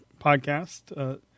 podcast